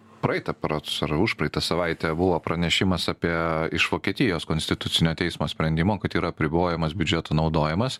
praeitą berods ar užpraeitą savaitę buvo pranešimas apie iš vokietijos konstitucinio teismo sprendimo kad yra apribojamas biudžeto naudojimas